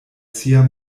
sia